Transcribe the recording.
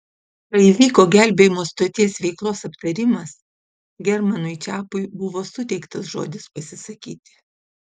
kai vyko gelbėjimo stoties veiklos aptarimas germanui čepui buvo suteiktas žodis pasisakyti